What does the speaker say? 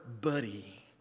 buddy